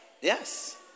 Yes